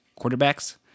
quarterbacks